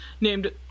named